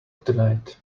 tonight